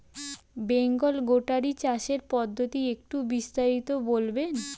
বেঙ্গল গোটারি চাষের পদ্ধতি একটু বিস্তারিত বলবেন?